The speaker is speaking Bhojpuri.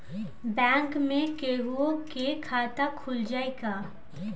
बैंक में केहूओ के खाता खुल जाई का?